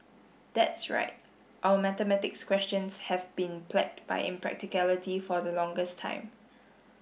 that's right our mathematics questions have been plagued by impracticality for the longest time